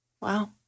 Wow